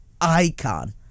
icon